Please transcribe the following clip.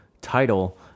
title